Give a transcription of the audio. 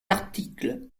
article